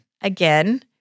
again